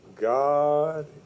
God